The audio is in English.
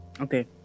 Okay